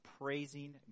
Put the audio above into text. Praising